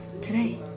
today